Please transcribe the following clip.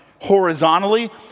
horizontally